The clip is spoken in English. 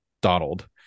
Donald